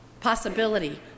possibility